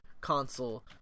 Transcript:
console